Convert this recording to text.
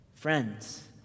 Friends